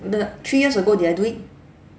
the three years ago did I do it